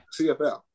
CFL